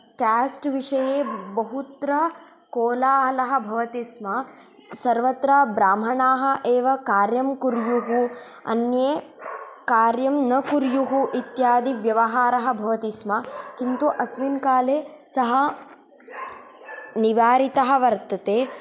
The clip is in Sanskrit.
केस्ट् विषये बहुत्र कोलाहलः भवति स्म सर्वत्र ब्राह्मणाः एव कार्यं कुर्युः अन्ये कार्यं न कुर्युः इत्यादि व्यवहारः भवति स्म किन्तु अस्मिन् काले सः निवारितः वर्तते